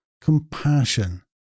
compassion